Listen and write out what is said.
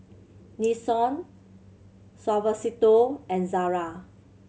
Nixon Suavecito and Zara